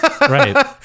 Right